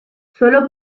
solo